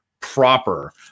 Proper